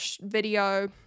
video